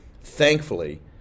Thankfully